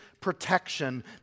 protection